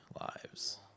lives